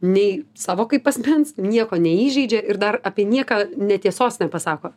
nei savo kaip asmens nieko neįžeidžia ir dar apie nieką ne tiesos nepasako